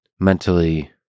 mentally